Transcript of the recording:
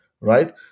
right